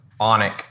onic